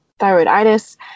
thyroiditis